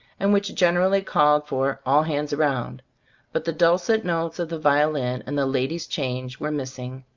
and which gen erally called for all hands round but the dulcet notes of the violin and the ladies change were missing.